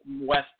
West